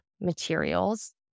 materials